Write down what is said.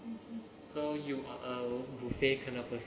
so you are a buffet kind of person